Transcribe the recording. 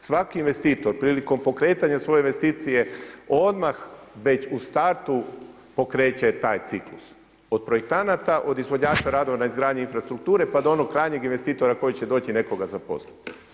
Svaki investitor prilikom pokretanja svoje investicije odmah već u startu pokreće taj ciklus od projektanata od izvođača radova na izgradnji infrastrukture pa do onog krajnjeg investitora koji će doći nekoga zaposliti.